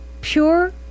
pure